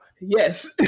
yes